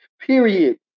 period